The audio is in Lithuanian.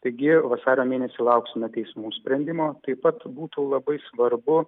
taigi vasario mėnesį lauksime teismų sprendimo taip pat būtų labai svarbu